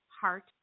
Heart